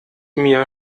mir